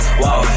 whoa